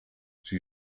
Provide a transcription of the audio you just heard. sie